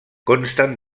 consten